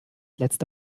letzte